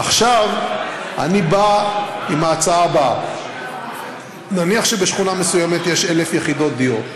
עכשיו אני בא עם ההצעה הבאה: נניח שבשכונה מסוימת יש 1,000 יחידות דיור.